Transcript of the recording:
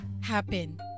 happen